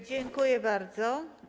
Dziękuję bardzo.